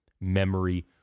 Memory